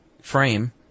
frame